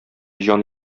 җан